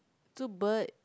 two bird